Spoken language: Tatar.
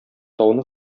тауны